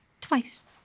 Twice